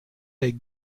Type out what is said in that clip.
der